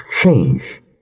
change